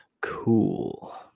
cool